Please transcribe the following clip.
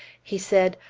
he said,